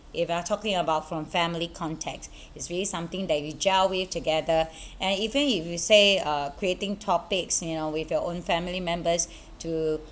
if you are talking about from family context it's really something that we gel with together and even if you say uh creating topics you know with your own family members to